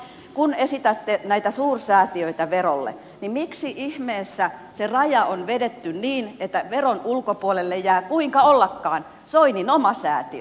kun esitätte näitä suursäätiöitä verolle niin miksi ihmeessä se raja on vedetty niin että veron ulkopuolelle jää kuinka ollakaan soinin oma säätiö